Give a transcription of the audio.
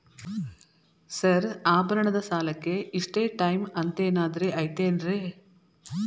Sir ಆಭರಣದ ಸಾಲಕ್ಕೆ ಇಷ್ಟೇ ಟೈಮ್ ಅಂತೆನಾದ್ರಿ ಐತೇನ್ರೇ?